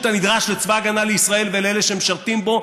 הנדרש לצבא הגנה לישראל ולאלה שמשרתים בו,